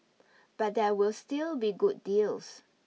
but there will still be good deals